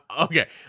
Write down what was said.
Okay